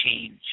Change